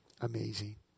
amazing